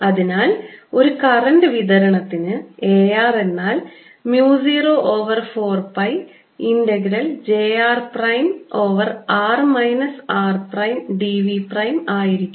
അതിനാൽ ഒരു കറൻറ് വിതരണത്തിന് A r എന്നാൽ mu 0 over 4 pi integral j r prime over r minus r prime d v prime ആയിരിക്കും